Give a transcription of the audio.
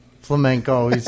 Flamenco